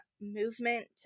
movement